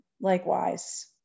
likewise